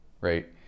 right